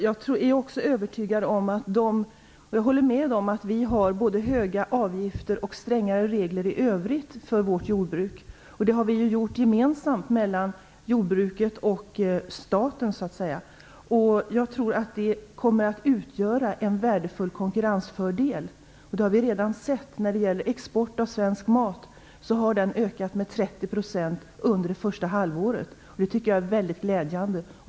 Jag håller med om att vi har både höga avgifter och strängare regler i övrigt för vårt jordbruk. Detta har vi genomfört gemensamt, jordbruket och staten. Jag tror att det kommer att utgöra en värdefull konkurrensfördel. Det har vi redan sett när det gäller export av svensk mat. Den har ökat med 30 % under det första halvåret. Det tycker jag är mycket glädjande.